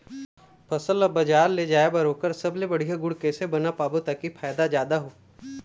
फसल ला बजार ले जाए बार ओकर सबले बढ़िया गुण कैसे बना पाबो ताकि फायदा जादा हो?